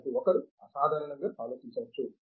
కాబట్టి ఒకరు అసాధారణంగా ఆలోచించవచ్చు